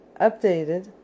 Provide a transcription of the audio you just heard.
updated